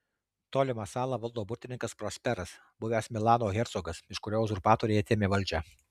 tolimą salą valdo burtininkas prosperas buvęs milano hercogas iš kurio uzurpatoriai atėmė valdžią